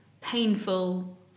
painful